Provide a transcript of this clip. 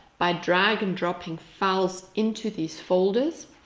by drag and dropping files into these folders.